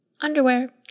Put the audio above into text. underwear